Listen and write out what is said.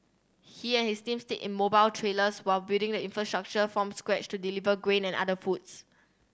he and his team stayed in mobile trailers while building the infrastructure from scratch to deliver grain and other foods